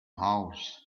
house